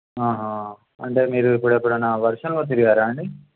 అంటే మీరు ఇప్పుడెప్పుడైనా వర్షంలో తిరిగారా అండి